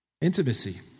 Intimacy